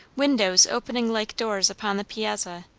windows opening like doors upon the piazza,